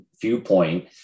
viewpoint